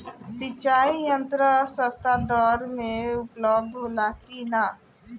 सिंचाई यंत्र सस्ता दर में उपलब्ध होला कि न?